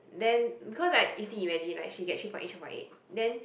then because like you see imagine like she got three point eight three point eight then